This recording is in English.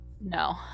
no